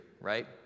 right